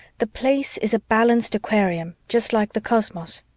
the place is a balanced aquarium, just like the cosmos.